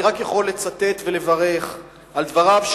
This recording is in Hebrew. ואני רק יכול לצטט ולברך על דבריו,